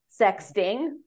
sexting